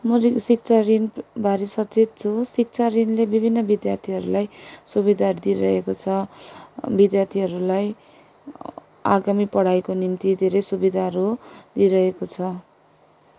म ऋण शिक्षा ऋणबारे सचेत छु शिक्षा ऋणले विभिन्न विद्यार्थीहरूलाई सुविधाहरू दिइरहेको छ विद्यार्थीहरूलाई आगामी पढाइको निम्ति धेरै सुविधाहरू दिइरहेको छ